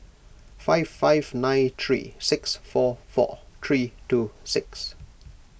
five five nine three six four four three two six